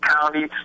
county